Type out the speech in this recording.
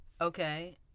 Okay